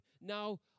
now